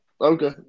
Okay